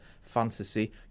fantasy